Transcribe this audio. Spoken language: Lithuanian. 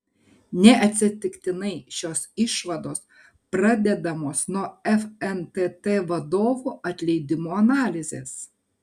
neatsitiktinai šios išvados pradedamos nuo fntt vadovų atleidimo analizės